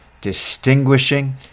distinguishing